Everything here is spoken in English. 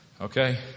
okay